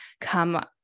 come